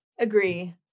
agree